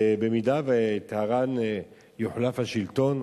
ובמידה שבטהרן יוחלף השלטון,